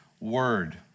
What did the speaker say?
word